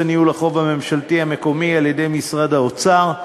ניהול החוב הממשלתי המקומי על-ידי משרד האוצר,